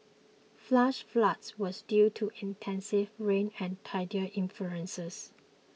flash floods was due to intense rain and tidal influences